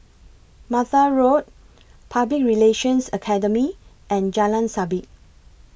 Martha Road Public Relations Academy and Jalan Sabit